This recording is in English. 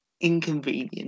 inconvenient